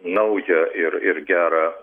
nauja ir ir gera